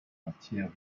matière